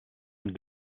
and